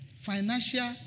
Financial